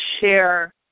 share